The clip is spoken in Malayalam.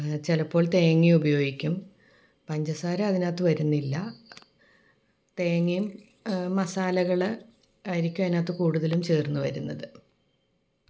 ചിലപ്പോൾ തേങ്ങയും ഉപയോഗിക്കും പഞ്ചസാര അതിനകത്തു വരുന്നില്ല തേങ്ങയും മസാലകൾ ആയിരിക്കും അതിനകത്ത് കൂടുതലും ചേർന്നു വരുന്നത്